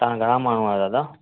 तव्हां घणा माण्हू आहियो दादा